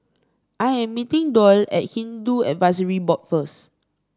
I am meeting Doyle at Hindu Advisory Board first